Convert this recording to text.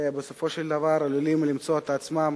ובסופו של דבר עלולים למצוא את עצמם